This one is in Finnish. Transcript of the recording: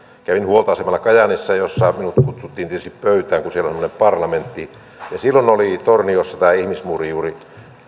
kävin huoltoasemalla kajaanissa jossa minut kutsuttiin tietysti pöytään kun siellä on semmoinen parlamentti ja silloin oli torniossa tämä ihmismuuri juuri